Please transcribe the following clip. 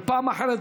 בפעם אחרת,